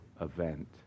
event